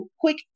quick